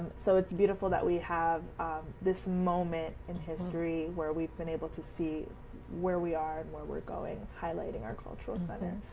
so it's beautiful that we have this moment in history, where we've been able to see where we are and where we're going. highlighting our cultural center.